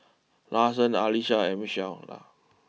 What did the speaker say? Lawson Alesha and Michaela